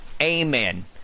Amen